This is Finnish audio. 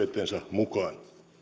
mukaan